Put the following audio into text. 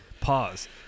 pause